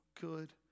good